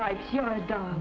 i don't